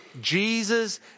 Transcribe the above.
Jesus